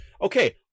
okay